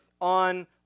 on